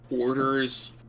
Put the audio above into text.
orders